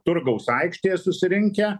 turgaus aikštėje susirinkę